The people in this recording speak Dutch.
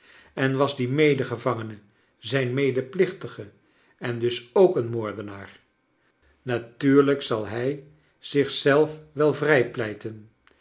en was die medegevangene zijn medeplichtige en dus ook een moordenaar natuurlijk zal hij zich zelf wel vrijpleiten